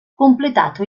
completato